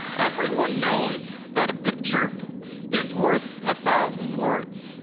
everyone knows that a picture is worth a thousand words.